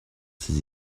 ses